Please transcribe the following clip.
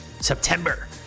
September